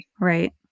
Right